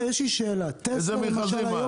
איזה מכרזים?